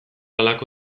halako